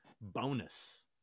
bonus